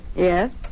Yes